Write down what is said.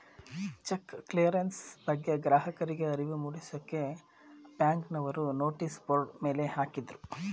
check clearance ಬಗ್ಗೆ ಗ್ರಾಹಕರಿಗೆ ಅರಿವು ಮೂಡಿಸಕ್ಕೆ ಬ್ಯಾಂಕ್ನವರು ನೋಟಿಸ್ ಬೋರ್ಡ್ ಮೇಲೆ ಹಾಕಿದ್ರು